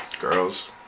girls